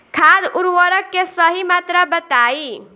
खाद उर्वरक के सही मात्रा बताई?